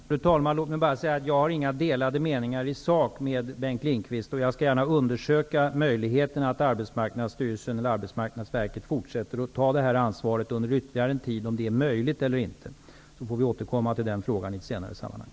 Fru talman! Låt mig bara säga att jag inte har någon annan mening i sak än Bengt Lindqvist. Jag skall gärna undersöka möjligheten att Arbetsmarknadsverket fortsätter att ta detta ansvar under ytterligare en tid, om det är möjligt eller inte. Vi får sedan återkomma till denna fråga i ett senare sammanhang.